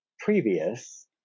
previous